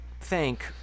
thank